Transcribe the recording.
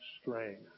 strength